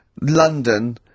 London